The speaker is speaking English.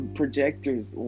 projector's